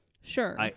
Sure